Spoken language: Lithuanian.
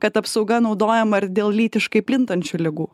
kad apsauga naudojama ir dėl lytiškai plintančių ligų